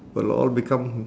will all become